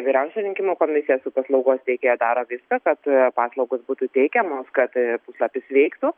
vyriausioji rinkimų komisija su paslaugos teikėju daro viską kad paslaugos būtų teikiamos kad puslapis veiktų